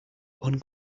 one